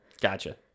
Gotcha